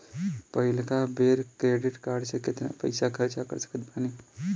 पहिलका बेर credit card से केतना पईसा खर्चा कर सकत बानी?